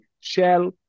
Shell